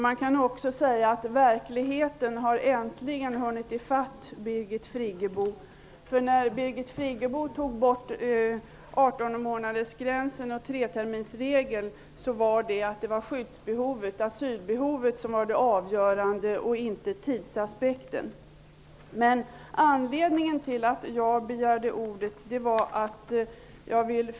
Man kan säga att verkligheten äntligen har hunnit i fatt Birgit månadersgränsen och treterminsregeln var skälet att skyddsbehovet, asylbehovet, var avgörande och inte tidsaspekten.